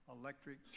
electric